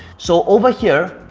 so over here,